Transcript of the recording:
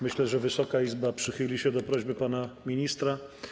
Myślę, że Wysoka Izba przychyli się do prośby pana ministra.